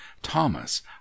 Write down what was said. thomas